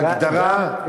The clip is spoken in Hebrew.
ההגדרה,